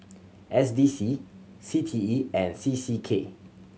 S D C C T E and C C K